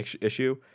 issue